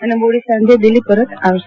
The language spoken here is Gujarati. અનેમોડી સાંજે દદલ્ફી પરત ફરશે